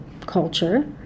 culture